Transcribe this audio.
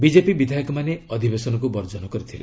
BJP ବିଧାୟକମାନେ ଅଧିବେଶନକୁ ବର୍ଜନ କରିଥିଲେ